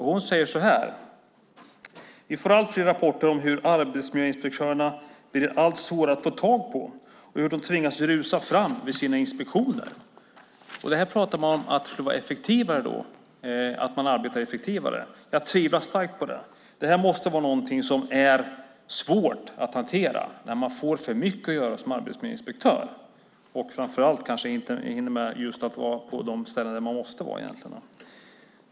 Hon säger så här: "Vi får allt fler rapporter om hur arbetsmiljöinspektörerna blir allt svårare att få tag på och hur de tvingas rusa fram vid sina inspektioner." Och här pratar ministern om att man skulle arbeta effektivare! Jag tvivlar starkt på det. Det måste vara någonting som är svårt att hantera när man får för mycket att göra som arbetsmiljöinspektör, kanske framför allt när man inte hinner med att vara på de ställen där man egentligen måste vara.